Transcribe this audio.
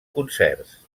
concerts